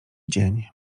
dzień